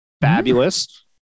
fabulous